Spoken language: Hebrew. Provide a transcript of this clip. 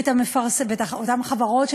את אותן חברות,